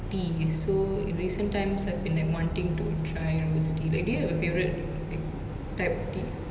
tea so in recent times I've been like wanting to try rose tea like do you have a favourite like type of tea